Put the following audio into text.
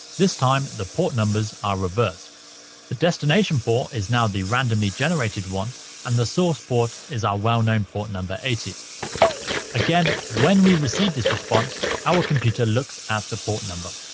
this time the port numbers are reversed the destination port is now the randomly generated one and the source port is our well-known port number eighty again when we receive this response our computer looks at the port number.